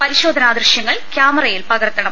പരിശോധനാ ദൃശ്യങ്ങൾ ക്യാമറയിൽ പകർത്തണം